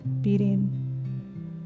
beating